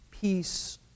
peace